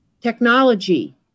technology